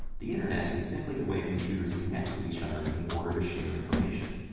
the internet is simply the way computers connect to each other in order to share information.